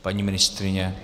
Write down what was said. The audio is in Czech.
Paní ministryně?